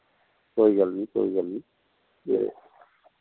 कोई गल्ल निं कोई गल्ल निं एह्